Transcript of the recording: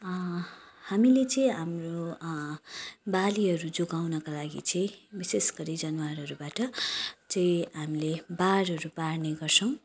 हामीले चाहिँ हाम्रो बालीहरू जोगाउनका लागि चाहिँ विशेष गरी जनवारहरूबाट चाहिँ हामीले बारहरू बार्ने गर्छौँ